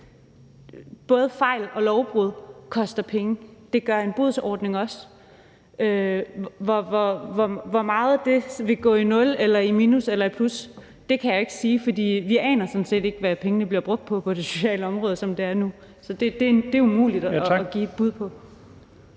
både fejl og lovbrud koster penge. Det gør en bodsordning også. Hvor meget af det, der vil gå i nul eller i minus eller i plus, kan jeg ikke sige, for vi aner sådan set ikke, hvad pengene bliver brugt til på det sociale område, som det er nu. Så det er umuligt at give et bud på.